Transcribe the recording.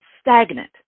stagnant